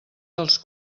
dels